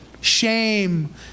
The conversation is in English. shame